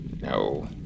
No